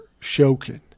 Shokin